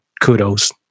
kudos